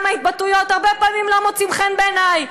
ההתבטאויות הרבה פעמים לא מוצאים חן בעיני,